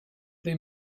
they